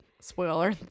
Spoiler